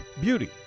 beauty